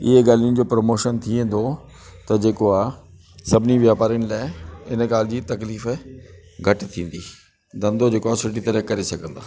इहे ॻाल्हियुनि जो प्रमोशन थी वेंदो त जेको आहे सभिनीनि व्यापारिनि लाइ इन ॻाल्हि जी तकलीफ़ घटि थींदी धंधो जेको आहे सुठी तरह करे सघंदा